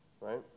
right